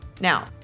Now